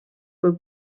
kui